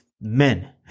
men